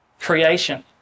creation